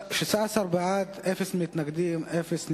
16 בעד, אפס מתנגדים, אפס נמנעים.